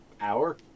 hour